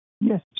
Yes